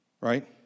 Right